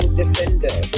defender